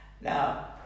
Now